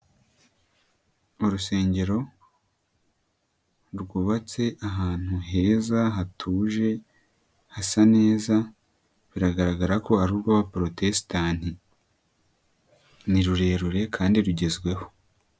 Urusengero rwubatse ahantu heza hatuje hasa neza, biragaragara ko ari urw'abaporotesitanti, ni rurerure kandi rugezweho.